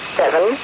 seven